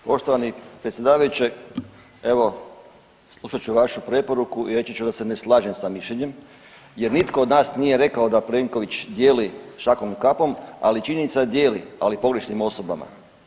Poštovani predsjedavajući, evo, poslušat ću vašu preporuku i reći ću da se ne slažem sa mišljenjem jer nitko od nas nije rekao da Plenković dijeli šakom i kapom, ali činjenica je da dijeli, ali pogrešnim osobama.